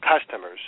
customers